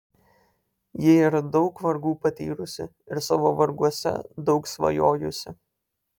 ji yra daug vargų patyrusi ir savo varguose daug svajojusi